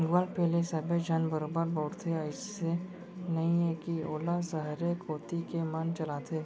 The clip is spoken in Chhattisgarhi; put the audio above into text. गुगल पे ल सबे झन बरोबर बउरथे, अइसे नइये कि वोला सहरे कोती के मन चलाथें